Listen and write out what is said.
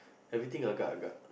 ever thing agar-agar